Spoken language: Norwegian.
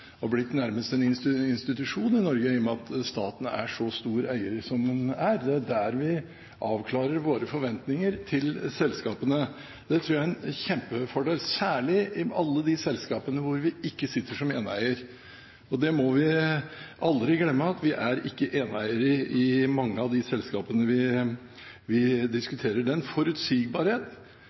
nærmest blitt en institusjon i Norge i og med at staten er en så stor eier som den er. Det er der vi avklarer våre forventninger til selskapene. Det tror jeg er en kjempefordel, særlig i alle de selskapene hvor vi ikke sitter som eneeier. Og det må vi aldri glemme: at vi ikke er eneeier i mange av de selskapene vi diskuterer. Den forutsigbarhet